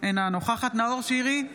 אינה נוכחת נאור שירי,